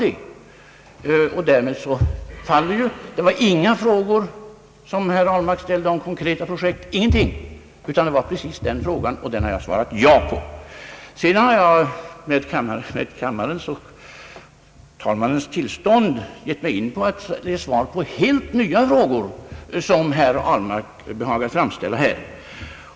Herr Ahlmark ställde inga frågor om konkreta projekt, utan gjorde precis den frågan, och den har jag alltså svarat ja på. Sedan har jag med kammarens och talmannens tillstånd givit svar på helt nya frågor som herr Ahlmark behagat framställa här.